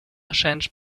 changed